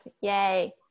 Yay